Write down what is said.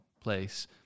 place